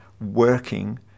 working